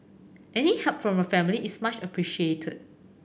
any help from your family is much appreciated